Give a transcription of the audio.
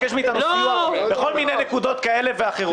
סיוע בכל מיני נקודות כאלה ואחרות.